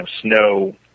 snow